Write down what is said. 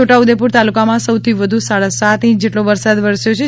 છોટાઉદેપુર તાલુકામાં સૌથી વધુ સાડા સાત ઇંચ જેટલો વરસાદ વરસ્યો છે